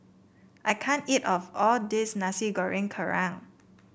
I can't eat of all this Nasi Goreng Kerang